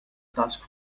task